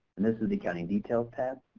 and this is the accounting details tab.